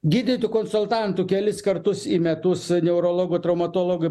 gydytoju konsultantu kelis kartus į metus neurologo traumatologo